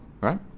right